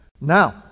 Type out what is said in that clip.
now